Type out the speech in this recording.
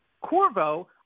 Corvo